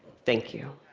thank you.